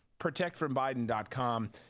protectfrombiden.com